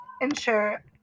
ensure